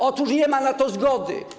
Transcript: Otóż nie ma na to zgody.